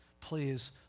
Please